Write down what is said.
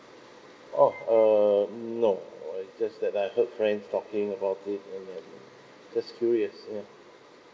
oh err no uh it just that I heard friends talking about it and then just curious yeah